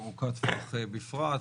ארוכת טווח בפרט,